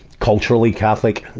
culturally, catholic,